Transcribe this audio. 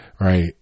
right